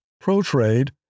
Pro-trade